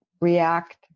react